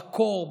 בקור,